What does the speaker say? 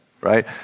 right